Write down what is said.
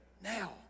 Now